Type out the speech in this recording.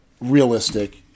realistic